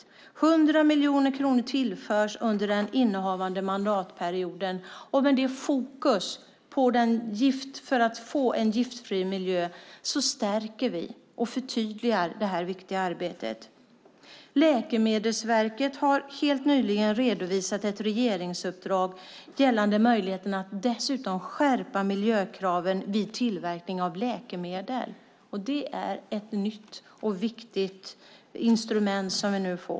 100 miljoner kronor tillförs under innevarande mandatperiod. Med fokus på att få en giftfri miljö stärker vi och förtydligar detta viktiga arbete. Läkemedelsverket har helt nyligen redovisat ett regeringsuppdrag gällande möjligheterna att skärpa miljökraven vid tillverkning av läkemedel, och det är ett nytt och viktigt instrument.